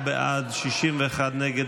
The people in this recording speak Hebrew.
46 בעד, 61 נגד.